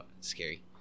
scary